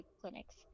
clinics